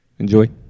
Enjoy